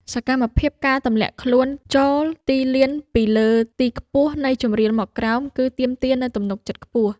សកម្មភាព ការទម្លាក់ខ្លួនចូលទីលានពីលើទីខ្ពស់នៃជម្រាលមកក្រោម គឺទាមទារនូវទំនុកចិត្តខ្ពស់។